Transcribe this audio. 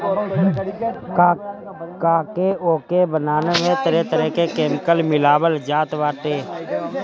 काहे की ओके बनावे में तरह तरह के केमिकल मिलावल जात बाटे